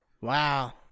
Wow